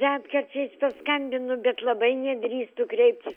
retkarčiais paskambinu bet labai nedrįstu kreiptis